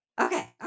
Okay